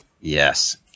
Yes